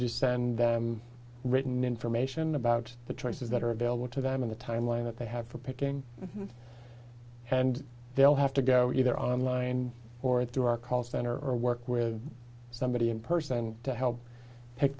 to send written information about the choices that are available to them in the timeline that they have for picking and they'll have to go either online or through our call center or work with somebody in person to help pick